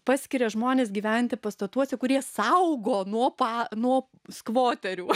paskiria žmones gyventi pastatuose kurie saugo nuo pa nuo skvoterių